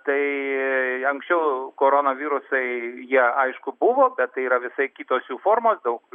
tai anksčiau koronavirusai jie aišku buvo bet tai yra visai kitos jų formos daug